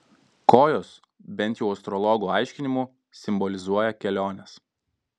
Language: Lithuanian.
kojos bent jau astrologų aiškinimu simbolizuoja keliones